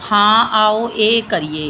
ਹਾਂ ਆਓ ਇਹ ਕਰੀਏ